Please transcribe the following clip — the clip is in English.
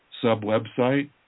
sub-website